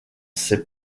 ses